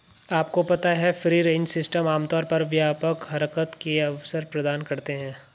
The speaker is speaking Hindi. आपको पता है फ्री रेंज सिस्टम आमतौर पर व्यापक हरकत के अवसर प्रदान करते हैं?